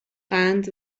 قند